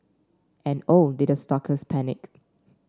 and oh did the stalkers panic